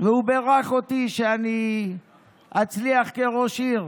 הוא בירך אותי שאני אצליח כראש עירייה.